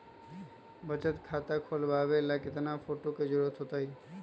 बचत खाता खोलबाबे ला केतना फोटो के जरूरत होतई?